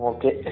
Okay